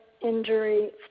Injury